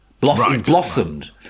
Blossomed